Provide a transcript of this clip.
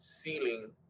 ceiling